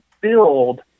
build